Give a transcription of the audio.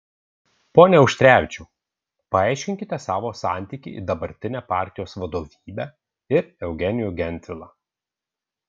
pone auštrevičiau paaiškinkite savo santykį į dabartinę partijos vadovybę ir eugenijų gentvilą